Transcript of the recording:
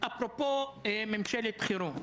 ולהגיד בצורה מפורשת שהערכים החלופיים